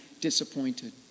disappointed